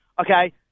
Okay